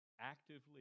Actively